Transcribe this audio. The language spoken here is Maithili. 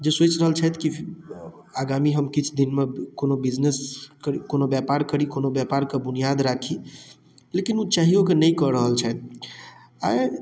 जे सोचि रहल छथि कि आगामी हम किछु दिनमे हम कोनो बिजनेस कर कोनो व्यापार करी कोनो व्यापार कऽ बुनिआद राखी लेकिन ओ चाहियो कऽ नहि कऽ रहल छथि आइ